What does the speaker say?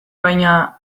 baina